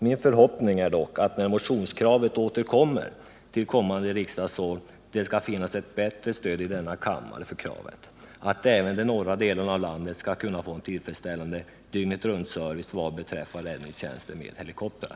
Min förhoppning är att det, när motionskravet återkommer till kommande riksdagsår, skall finnas ett bättre stöd i denna kammare för kravet på att även de norra delarna av landet skall kunna få en tillfredsställande dygnet-runt-service vad beträffar räddningstjänsten med helikoptrar.